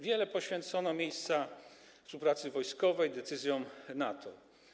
Wiele poświęcono miejsca współpracy wojskowej, decyzjom NATO.